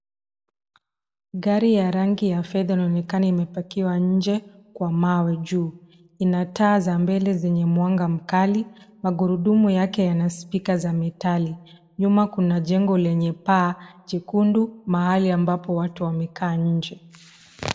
Gari ya rangi ya fedha inaonekana imepakiwa nje kwa mawe juu. Ina taa za mbele zenye mwanga mkali. Magurudumu yake yana spika za metali. Nyuma kuna jengo lenye paa jekundu, mahali ambapo watu wamekaa nje.